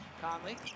Conley